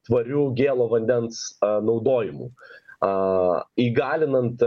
tvariu gėlo vandens naudojimu a įgalinant